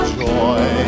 joy